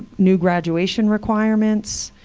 new graduation requirements,